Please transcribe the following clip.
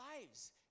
lives